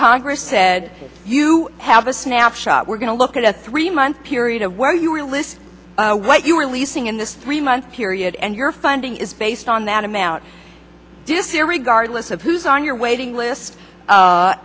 congress said you have a snapshot we're going to look at three month period of where you are list what you are leasing in this three month period and your funding is based on that amount this year regardless of who's on your waiting list